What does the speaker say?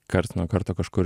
karts nuo karto kažkur